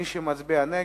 מי שמצביע נגד,